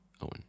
owen